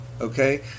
Okay